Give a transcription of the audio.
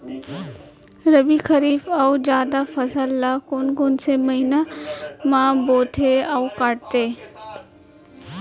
रबि, खरीफ अऊ जादा फसल ल कोन कोन से महीना म बोथे अऊ काटते?